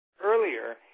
earlier